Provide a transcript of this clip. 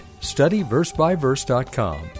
studyversebyverse.com